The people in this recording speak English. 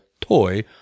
toy